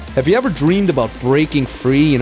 have you ever dreamed about breaking free, and